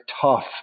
tough